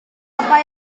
apa